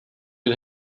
bir